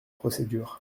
procédures